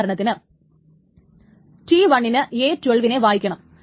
ഉദാഹരണത്തിന് T1 ന് a12 വായിക്കണം